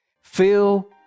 feel